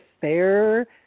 fair